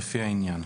לפי העניין.